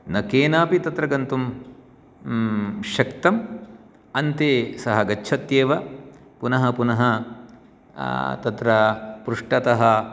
न केनापि तत्र गन्तुं शक्तम् अन्ते सः गच्छत्येव पुनः पुनः तत्र पृष्ठतः